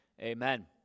amen